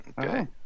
okay